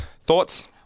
Thoughts